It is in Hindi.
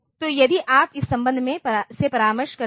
तो यदि आप इस संबंध से परामर्श करते हैं